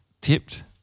tipped